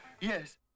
yes